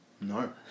No